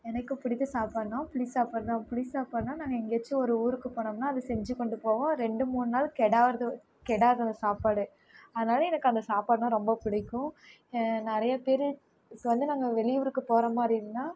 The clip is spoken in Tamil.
எனக்கு பிடித்த சாப்பாடுனால் புளி சாப்பாடு தான் புளி சாப்பாடுனால் நாங்கள் எங்கேயாச்சும் ஒரு ஊருக்கு போனோம்னால் அதை செஞ்சு கொண்டு போவோம் ரெண்டு மூணு நாள் கெடாறது கெடாது அந்த சாப்பாடு அதனால எனக்கு அந்த சாப்பாடுனால் ரொம்ப பிடிக்கும் நிறைய பேர் இப்போ வந்து நாங்கள் வெளியூருக்கு போகிற மாதிரி இருந்தால்